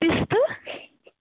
پِستہٕ